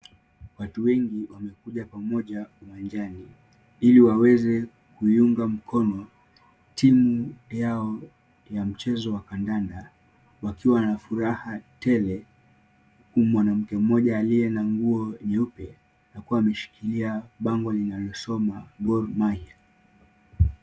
Watu wengi wamekuja pamoja uwanjani ili waweze kuiunga mkono timu yao ya mchezo wa kandanda wakiwa na furaha tele huku mwanamke mmoja aliye na nguo nyeupe akiwa na bango linalosoma Gor Mahia.